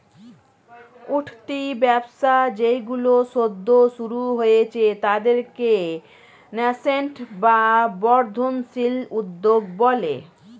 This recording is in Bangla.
উঠতি ব্যবসা যেইগুলো সদ্য শুরু হয়েছে তাদেরকে ন্যাসেন্ট বা বর্ধনশীল উদ্যোগ বলে